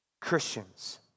Christians